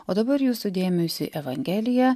o dabar jūsų dėmesiui evangelija